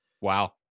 Wow